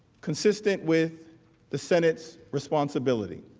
consistent with the senate's responsibility